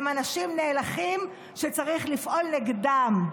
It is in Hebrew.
הם אנשים נאלחים וצריך לפעול נגדם.